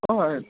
हय